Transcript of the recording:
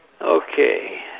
okay